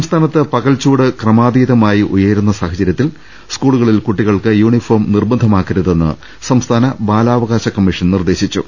സംസ്ഥാനത്ത് പകൽച്ചൂട് ക്രമാതീതമായി ഉയരുന്ന സാഹചര്യ ത്തിൽ സ്കൂളുകളിൽ കുട്ടികൾക്ക് യൂണിഫോം നിർബന്ധമാക്കരുതെന്ന് സംസ്ഥാന ബാലാവകാശ കമ്മിഷൻ നിർദ്ദേശിച്ചു